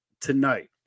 tonight